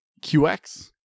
QX